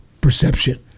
perception